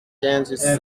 quinze